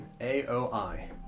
A-O-I